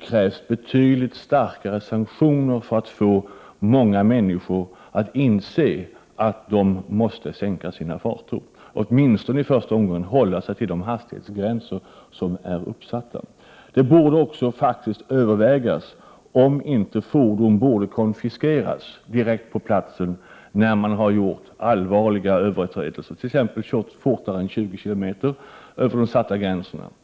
krävs det betydligt starkare sanktioner för att få många människor att inse att de måste sänka farterna och åtminstone hålla sig till de hastighetsgränser som är uppsatta. Det borde också övervägas om inte fordonet kunde konfiskeras direkt på platsen när man har gjort allvarliga överträdelser, t.ex. kört fortare än 20 km över de satta gränserna.